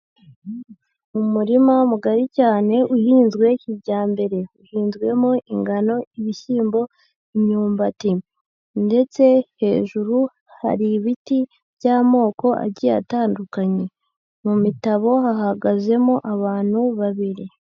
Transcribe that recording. Mu muririma mugari cyane uhinzwe kijyambere. Uhinzwemo ingano, ibishyimbo, imyumbati ndetse hejuru hari ibiti by'amoko agiye atandukanye. Mu mitabo hahagazemo abantu babiri.